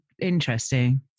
interesting